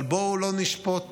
אבל בואו לא נשפוט